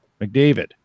McDavid